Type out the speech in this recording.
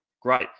Great